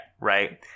right